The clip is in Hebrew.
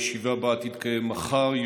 הישיבה הבאה תתקיים מחר,